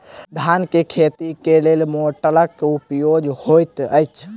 धान केँ खेती मे केँ मोटरक प्रयोग होइत अछि?